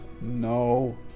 no